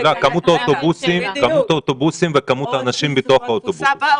השאלה אם זו כמות האוטובוסים או כמות האנשים בתוך האוטובוסים.